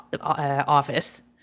office